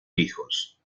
hijos